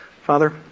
Father